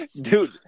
dude